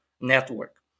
network